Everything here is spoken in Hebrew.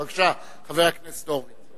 בבקשה, חבר הכנסת הורוביץ.